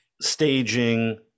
staging